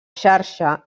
xarxa